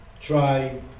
try